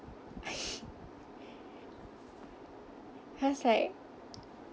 has like